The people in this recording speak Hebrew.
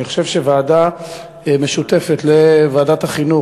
אני חושב שוועדה משותפת לוועדת החינוך